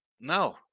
No